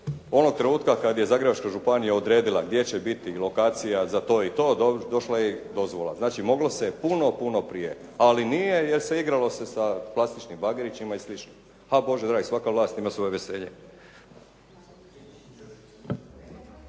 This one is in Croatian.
Onog trenutka kad je Zagrebačka županija odredila gdje će biti lokacija za to i to došla je i dozvola. Znači, moglo se puno prije ali nije jer se igralo sa plastičnim bagerićima i slično. Bože dragi, svaka vlast ima svoje veselje.